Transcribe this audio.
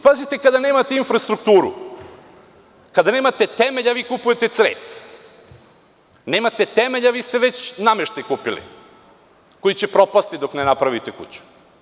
Pazite, kada nemate infrastrukturu, kada nemate temelj, a vi kupujete crep, nemate temelj, a vi ste već nameštaj kupili koji će propasti dok ne napravite kuću.